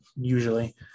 usually